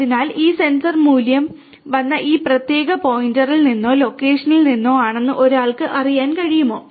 അതിനാൽ ഈ സെൻസർ മൂല്യം വന്ന ഈ പ്രത്യേക പോയിന്റിൽ നിന്നോ ലൊക്കേഷനിൽ നിന്നോ ആണെന്ന് ഒരാൾക്ക് അറിയാൻ കഴിയുമോ